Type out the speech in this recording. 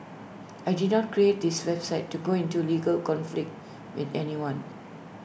I did not create this website to go into A legal conflict with anyone